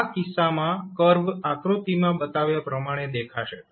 આ કિસ્સામાં કર્વ આકૃતિમાં બતાવ્યા પ્રમાણે દેખાશે